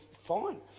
fine